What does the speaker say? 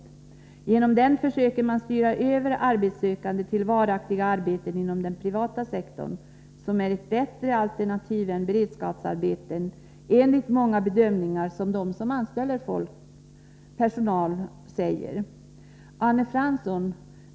Därigenom försöker man styra över arbetssökande till varaktiga arbeten inom den privata sektorn, som är ett bättre alternativ än beredskapsarbeten — detta enligt många bedömningar av dem som anställer personal. Arne Fransson!